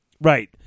right